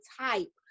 type